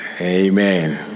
Amen